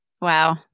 Wow